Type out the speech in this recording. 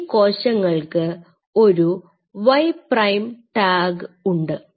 ഇപ്പോൾ ഈ കോശങ്ങൾക്ക് ഒരു Y പ്രൈം ടാഗ് ഉണ്ട്